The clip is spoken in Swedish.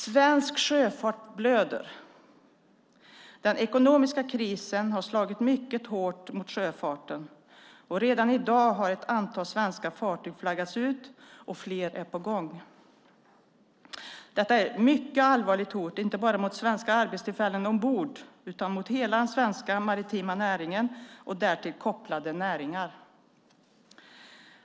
Svensk sjöfart blöder. Den ekonomiska krisen har slagit mycket hårt mot sjöfarten, och redan i dag har ett antal svenska fartyg flaggats ut och fler är på gång. Detta är ett mycket allvarligt hot inte bara mot svenska arbetstillfällen ombord utan mot hela den svenska maritima näringen och därtill kopplade näringar.